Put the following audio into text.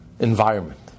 Environment